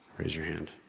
raise your hand.